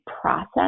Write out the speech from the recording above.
process